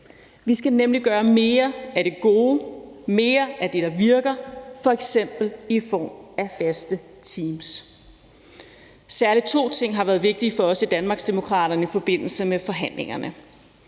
Vi skal nemlig gøre mere af det gode og mere af det, der virker, f.eks. i form af faste teams. Særlig to ting har været vigtige for os i Danmarksdemokraterne i forbindelse med forhandlingerne,